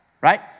right